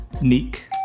Neek